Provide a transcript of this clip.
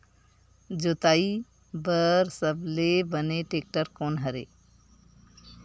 जोताई बर सबले बने टेक्टर कोन हरे?